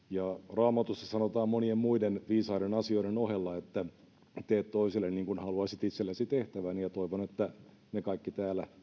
raamatussa sanotaan monien muiden viisaiden asioiden ohella että tee toiselle niin kuin haluaisit itsellesi tehtävän ja toivon että me kaikki täällä noudatamme tätä